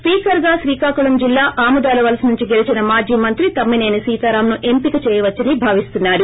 స్పికర్గా శ్రీకాకుళం జిల్లా ఆముదాలవలస నుంచి గెలిచీన మాజీ మంత్రి తమ్మి సేని సీతారామ్ సు ఎంపిక చేయవచ్చని భావిస్తున్నారు